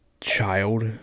child